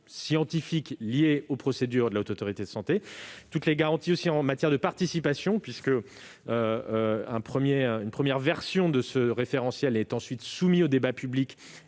scientifiques liées aux procédures de la Haute Autorité de santé, toutes les garanties aussi en matière de participation, une première version de ce référentiel étant soumise au débat public